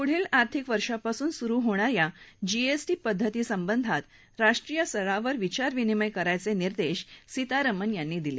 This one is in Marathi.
पुढील आर्थिक वर्षापासून सुरु होणा या नव्या जीएसटी पद्धती संबंधात राष्ट्रीय स्तरावर विचार विनिमय करण्याचे निर्देश सीतारामन यांनी दिले